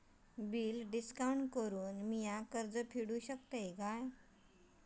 Bill discount करान मी कर्ज फेडा शकताय काय?